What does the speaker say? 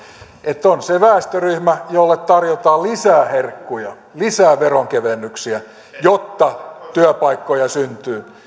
että on se väestöryhmä jolle tarjotaan lisää herkkuja lisää veronkevennyksiä jotta työpaikkoja syntyy